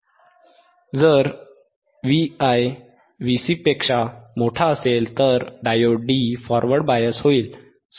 जर Vi Vc Vc कॅपेसिटरमध्ये असलेल्या व्होल्टेज पेक्षा मोठा असेल Vi Vc तर डायोड D फॉरवर्ड बायस होईल सहमत आहात